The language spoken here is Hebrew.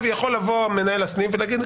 יכול לבוא מנהל הסניף ולהגיד,